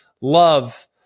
Love